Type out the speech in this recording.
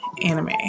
anime